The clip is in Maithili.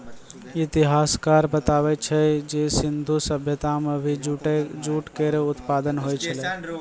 इतिहासकार बताबै छै जे सिंधु सभ्यता म भी जूट केरो उत्पादन होय छलै